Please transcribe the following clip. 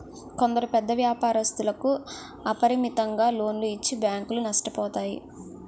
కొందరు పెద్ద వ్యాపారస్తులకు అపరిమితంగా లోన్లు ఇచ్చి బ్యాంకులు నష్టపోతాయి